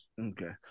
Okay